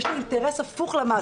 יש לו אינטרס הפוך מזה של המעסיק.